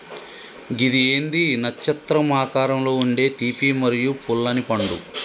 గిది ఏంది నచ్చత్రం ఆకారంలో ఉండే తీపి మరియు పుల్లనిపండు